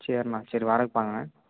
சரிண்ணா சரி வர்றதுக்கு பாருங்கள்